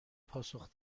پاسخ